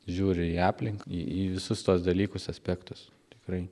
žiūri į aplinką į į visus tuos dalykus aspektus tikrai